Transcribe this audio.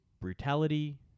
brutality